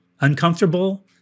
uncomfortable